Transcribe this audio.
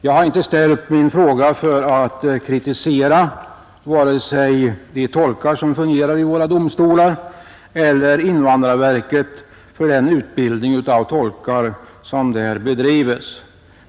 Jag har inte ställt min fråga för att kritisera vare sig de tolkar som fungerar vid våra domstolar eller invandrarverket för den utbildning av tolkar som där bedrives.